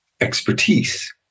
expertise